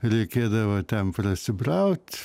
reikėdavo ten prasibraut